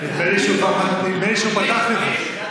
נדמה לי שהוא פתח בזה.